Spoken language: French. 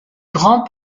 grand